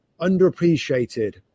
Underappreciated